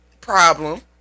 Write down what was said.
problem